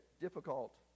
difficult